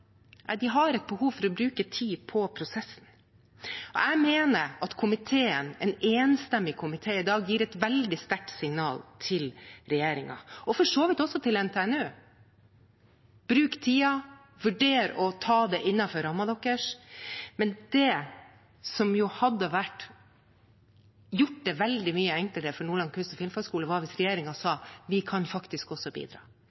de har et behov for å bruke tid på prosessen. Jeg mener at komiteen – en enstemmig komité – i dag gir et veldig sterkt signal til regjeringen og for så vidt også til NTNU: Bruk tiden, vurder å ta det innenfor rammen deres. Det som hadde gjort det veldig mye enklere for Nordland kunst- og filmhøgskole, var hvis regjeringen sa: Vi kan faktisk også bidra.